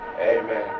amen